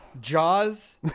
Jaws